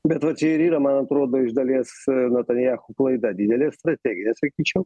bet va čia ir yra man atrodo iš dalies natanjahų klaida didelė strateginė sakyčiau